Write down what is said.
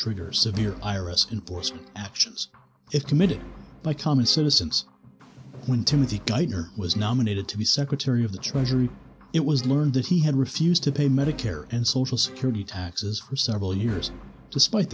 trigger severe iris enforcement actions if committed by common citizens when timothy geithner was nominated to be secretary of the treasury it was learned that he had refused to pay medicare and sold security taxes for several years despite